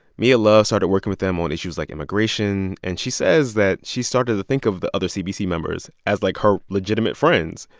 mia love started working with them on issues like immigration. and she says that she started to think of the other cbc members as, like, her legitimate friends.